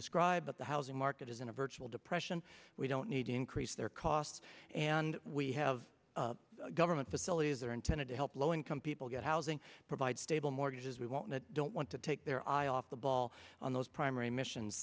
described the housing market is in a virtual depression we don't need to increase their costs and we have government facilities that are intended to help low income people get housing provide stable mortgages we want to don't want to take their eye off the ball on those primary missions